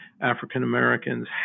African-Americans